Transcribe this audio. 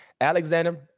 alexander